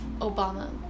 Obama